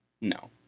No